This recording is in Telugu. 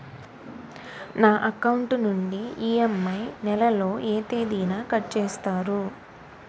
నా అకౌంట్ నుండి ఇ.ఎం.ఐ నెల లో ఏ తేదీన కట్ చేస్తారు?